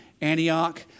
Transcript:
Antioch